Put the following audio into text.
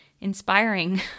inspiring